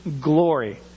glory